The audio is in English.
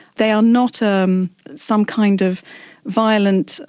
they are not um some kind of violent,